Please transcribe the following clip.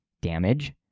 Damage